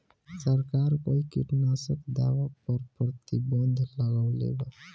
सरकार कई किटनास्क दवा पर प्रतिबन्ध लगवले बा